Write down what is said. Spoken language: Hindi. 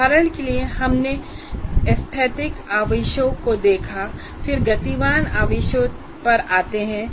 उदाहरण के लिए हमने स्थैतिक आवेशों को देखा और फिर गतिमान आवेशों पर आते हैं